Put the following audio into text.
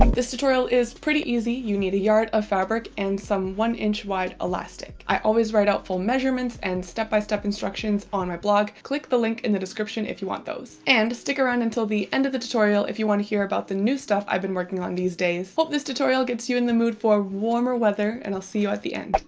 um this tutorial is pretty easy you need a yard of fabric and some one inch wide elastic i always write out full measurements and step-by-step instructions on my blog click the link in the description if you want those and stick around until the end of the tutorial if you want to hear about the new stuff. i've been working on these days hope this tutorial gets you in the mood for warmer weather, and i'll see you at end.